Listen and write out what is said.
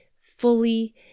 fully